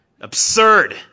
Absurd